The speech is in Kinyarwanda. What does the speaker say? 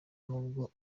nubwo